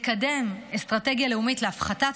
לקדם אסטרטגיה לאומית להפחתת